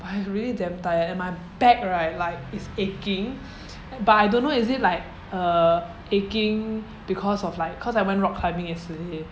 I really damn tired and my back right like is aching but I don't know is it like uh aching because of like cause I went rock climbing yesterday